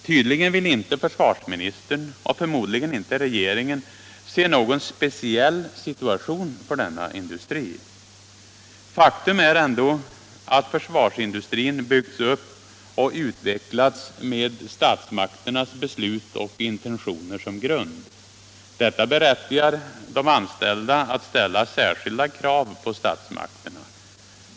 Tydligen vill inte försvarsministern — och förmodligen inte regeringen — se någon speciell situation för denna industri. Faktum är ändå att försvarsindustrin byggts upp och utvecklats med statsmakternas beslut och intentioner som grund. Detta berättigar de anställda att ställa särskilda krav på statsmakterna.